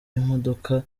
imodoka